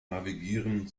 navigieren